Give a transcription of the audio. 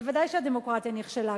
ודאי שהדמוקרטיה נכשלה,